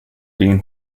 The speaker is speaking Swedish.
din